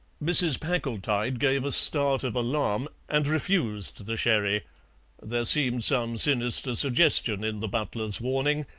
mrs. packletide gave a start of alarm, and refused the sherry there seemed some sinister suggestion in the butler's warning,